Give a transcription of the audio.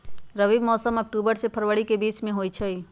रबी मौसम अक्टूबर से फ़रवरी के बीच में होई छई